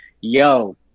yo